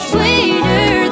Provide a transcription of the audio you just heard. Sweeter